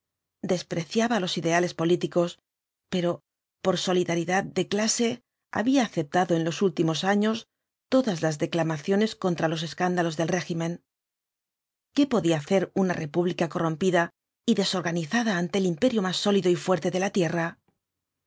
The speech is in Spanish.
despreciaba los ideales políticos pero por solidaridad de clase había aceptado en los últimos años todas las declamaciones contra los escándalos del régimen qué podía hacer una república corrompida y desorganizada ante el imperio más sólido y fuerte de la tierra